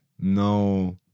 No